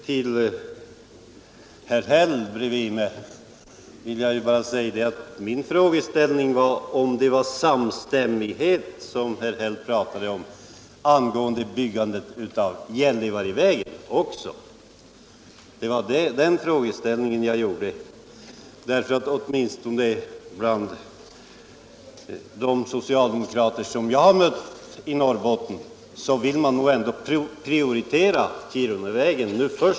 Till herr Häll här bredvid mig vill jag bara säga att min frågeställning gällde om det var samstämmighet angående byggandet av Gällivarevägen också. Åtminstone de socialdemokrater som jag har mött i Norrbotten vill nog prioritera Kirunavägen.